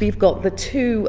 we've got the two